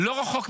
לא רחוק משם,